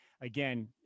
again